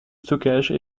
stockage